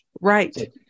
Right